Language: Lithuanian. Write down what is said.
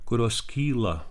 kurios kyla